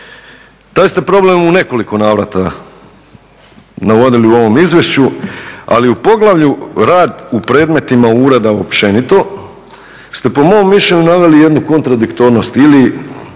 Taj ste problem u nekoliko navrata navodili u ovom izvješću, ali u poglavlju rad u predmetima ureda općenito ste po mom mišljenju naveli jednu kontradiktornost ili